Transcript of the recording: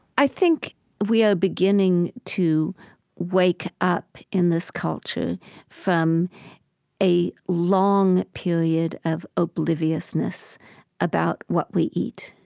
i think we are beginning to wake up in this culture from a long period of obliviousness about what we eat.